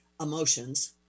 Emotions